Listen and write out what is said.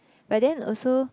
but then also